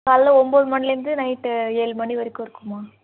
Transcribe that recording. காலைல ஒம்பது மணிலேருந்து நைட்டு ஏழு மணி வரைக்கும் இருக்கும்மா